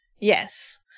Yes